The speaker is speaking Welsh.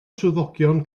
swyddogion